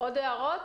עוד הערות?